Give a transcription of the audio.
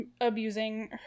abusing